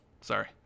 Sorry